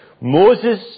Moses